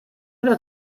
oder